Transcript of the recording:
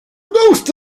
most